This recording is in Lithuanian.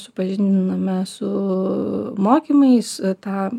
supažindiname su mokymais ta